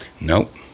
Nope